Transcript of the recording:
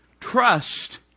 Trust